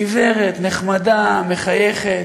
גברת נחמדה, מחייכת,